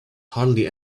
hardly